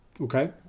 Okay